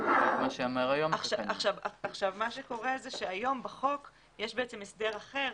מה שקורה זה שהיום בחוק יש הסדר אחר